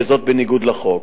וזאת בניגוד לחוק.